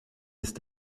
ist